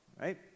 right